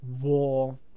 war